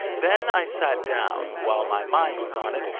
then i sat down, while my mind was on it,